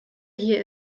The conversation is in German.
hier